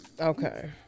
Okay